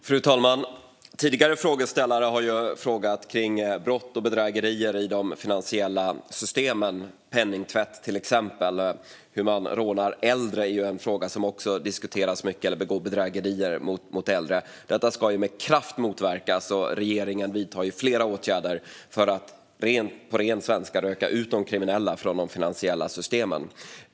Fru talman! Tidigare frågeställare har ställt frågor om brott och bedrägerier i de finansiella systemen, till exempel om penningtvätt. Att äldre blir rånade eller utsatta för bedrägerier är också en fråga som diskuteras mycket. Detta ska med kraft motverkas, och regeringen vidtar flera åtgärder för att, på ren svenska, röka ut de kriminella från de finansiella systemen.